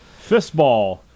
Fistball